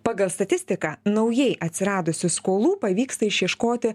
pagal statistiką naujai atsiradusių skolų pavyksta išieškoti